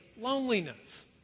loneliness